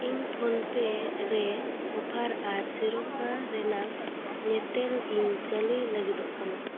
ᱤᱧ ᱯᱷᱳᱱᱯᱮ ᱨᱮ ᱚᱯᱷᱟᱨ ᱟᱨ ᱥᱤᱨᱚᱯᱟ ᱨᱮᱱᱟᱝ ᱧᱮᱛᱮᱞ ᱤᱧ ᱪᱟᱹᱞᱩᱭ ᱞᱟᱹᱜᱤᱫᱚᱜ ᱠᱟᱱᱟ